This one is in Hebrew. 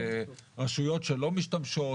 ורשויות שלא משתמשות.